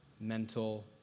mental